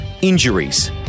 injuries